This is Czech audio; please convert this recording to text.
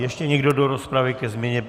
Ještě někdo do rozpravy ke změně?